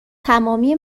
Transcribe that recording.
تمامی